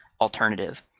alternative